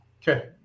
Okay